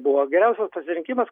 buvo geriausias pasirinkimas